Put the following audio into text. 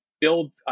build